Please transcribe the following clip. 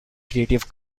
creative